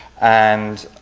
and